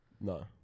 No